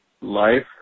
life